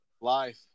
life